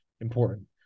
important